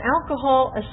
alcohol